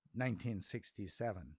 1967